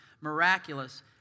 miraculous